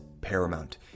paramount